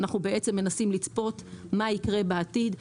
אנחנו בעצם מנסים לצפות מה יקרה בעתיד,